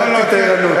בדקתי את הערנות.